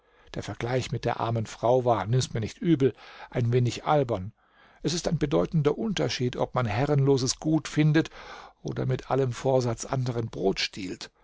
der vergleich mit der armen frau war nimm mir's nicht übel ein wenig albern es ist ein bedeutender unterschied ob man herrenloses gut findet oder mit allem vorsatz anderen brot stiehlt